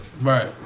Right